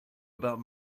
about